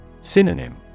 Synonym